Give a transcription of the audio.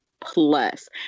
Plus